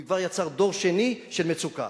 הוא כבר יצר דור שני של מצוקה.